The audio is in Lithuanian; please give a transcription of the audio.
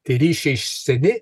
tie ryšiai seni